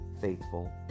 faithful